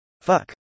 Fuck